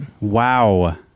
Wow